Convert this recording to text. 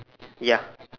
ya